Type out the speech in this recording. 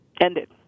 ended